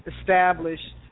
established